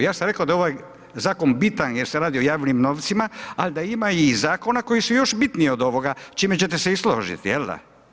Ja sam reko da je ovaj zakon bitan jer se radi o javnim novcima, al da ima i zakona koji su još bitniji od ovoga, s čime ćete se vi složiti jel da?